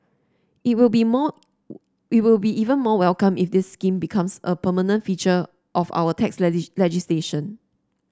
it will be more it will be even more welcomed if this scheme becomes a permanent feature of our tax legislation